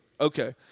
Okay